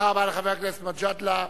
תודה רבה לחבר הכנסת מג'אדלה.